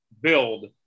build